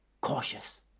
cautious